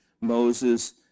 Moses